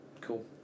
cool